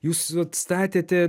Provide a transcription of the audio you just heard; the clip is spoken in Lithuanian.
jūs atstatėte